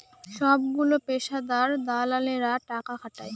সবগুলো পেশাদার দালালেরা টাকা খাটায়